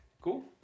cool